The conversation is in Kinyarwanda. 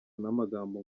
magambo